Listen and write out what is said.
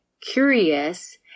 curious